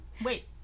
Wait